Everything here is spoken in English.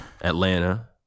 Atlanta